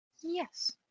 Yes